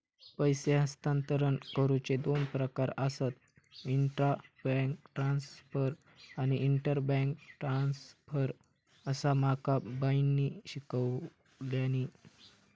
पैसे हस्तांतरण करुचे दोन प्रकार आसत, इंट्रा बैंक ट्रांसफर आणि इंटर बैंक ट्रांसफर, असा माका बाईंनी शिकवल्यानी